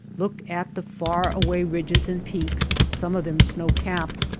look at the far-away ridges and peaks, some of them snow-capped,